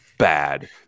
Bad